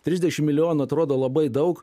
trisdešim milijonų atrodo labai daug